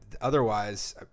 Otherwise